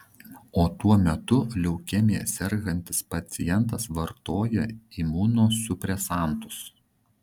o tuo metu leukemija sergantis pacientas vartoja imunosupresantus